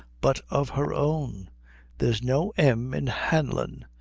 but of her own there's no m in hanlon.